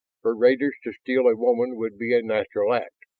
for raiders to steal a woman would be a natural act,